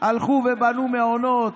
הלכו ובנו מעונות,